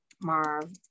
Marv